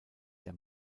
der